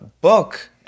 book